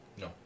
No